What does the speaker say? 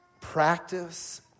Practice